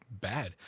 bad